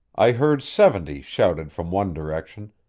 i heard seventy shouted from one direction,